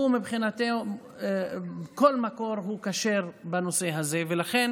מבחינתו, כל מקור הוא כשר בנושא הזה, ולכן